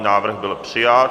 Návrh byl přijat.